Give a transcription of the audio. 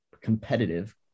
competitive